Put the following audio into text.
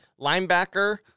Linebacker